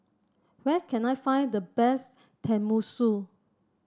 where can I find the best Tenmusu